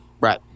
Right